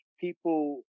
people